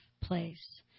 place